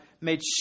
made